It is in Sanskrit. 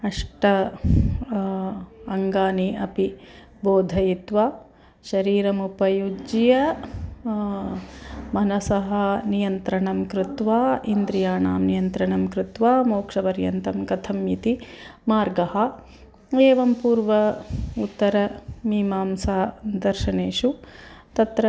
अष्ट अङ्गानि अपि बोधयित्वा शरीरमुपयुज्य मनसः नियन्त्रणं कृत्वा इन्द्रियाणां नियन्त्रणं कृत्वा मोक्षपर्यन्तं कथम् इति मार्गः एवं पूर्व उत्तरमीमांसा दर्शनेषु तत्र